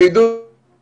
הסיבה שאני בבידוד היא